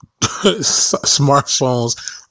smartphones